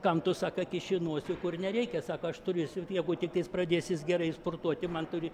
kam tu sako kiši nosį kur nereikia sako aš turėsiu jeigu tik pradės jisai gerai sportuoti man turi